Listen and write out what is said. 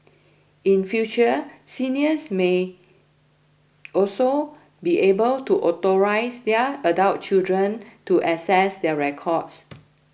in future seniors may also be able to authorise their adult children to access their records